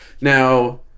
Now